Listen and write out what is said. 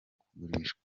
kugurishwa